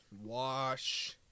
Wash